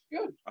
good